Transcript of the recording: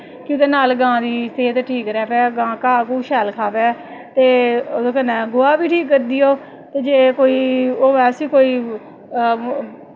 एह्दे नाल गांऽ दी सेह्त ठीक र'वै गांऽ घाऽ घूह् शैल खावै ते ओह्दे कन्नै गोहा बी ठीक करी ऐ ओह् ते जे कोई होऐ उसी कोई